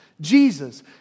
Jesus